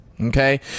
okay